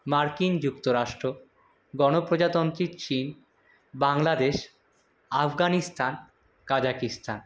মার্কিন যুক্তরাষ্ট্র গণপ্রজাতন্ত্রী চীন বাংলাদেশ আফগানিস্তান কাজাকস্তান